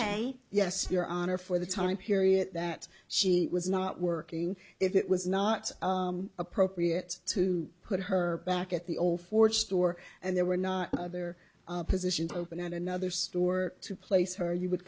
say yes your honor for the time period that she was not working if it was not appropriate to put her back at the old ford store and there were not their positions open at another store to place her you would